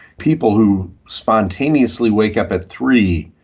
people who spontaneously wake up at three,